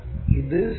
ഇത് c